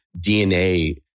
DNA